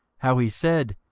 how he said,